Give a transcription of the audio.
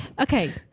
Okay